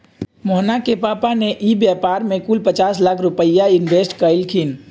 मोहना के पापा ने ई व्यापार में कुल पचास लाख रुपईया इन्वेस्ट कइल खिन